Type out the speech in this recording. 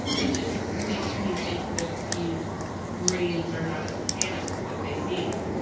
it just makes me think that these brains are not as panicked as they seem.